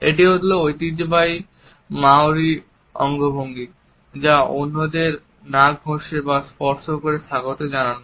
এটি হল ঐতিহ্যবাহী মাওরি অঙ্গভঙ্গি যা অন্যদের নাক ঘষে বা স্পর্শ করে স্বাগত জানানো